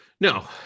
No